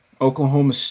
Oklahoma